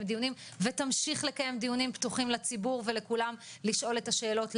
דיונים ותמשיך לקיים דיונים פתוחים לציבור ולכולם לשאול את השאלות,